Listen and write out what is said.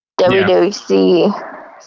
WWC